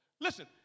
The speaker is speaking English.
Listen